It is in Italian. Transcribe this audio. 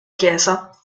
chiesa